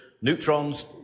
neutrons